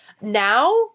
now